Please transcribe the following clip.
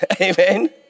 Amen